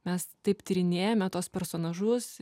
mes taip tyrinėjame tuos personažus